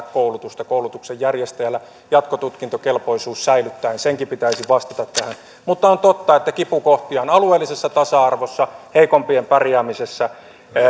kannustimet koulutuksen järjestäjällä tiivistää koulutusta jatkotutkintokelpoisuus säilyttäen senkin pitäisi vastata tähän mutta on totta että kipukohtia on alueellisessa tasa arvossa heikompien pärjäämisessä